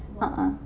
a'ah